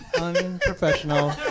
unprofessional